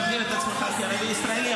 חשבתי שאתה מגדיר את עצמך כערבי ישראלי,